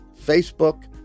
Facebook